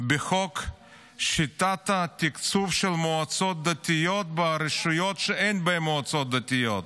בחוק שיטת התקצוב של מועצות דתיות ברשויות שאין בהן מועצות דתיות.